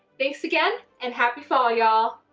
thanks again and happy fall, y'all!